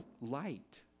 light